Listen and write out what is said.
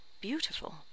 beautiful